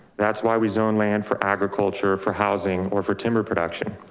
that's why we zoned land for agriculture, for housing or for timber production.